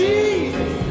Jesus